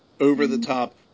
over-the-top